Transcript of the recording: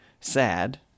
sad